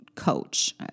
coach